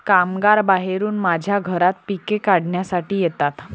कामगार बाहेरून माझ्या घरात पिके काढण्यासाठी येतात